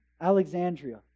Alexandria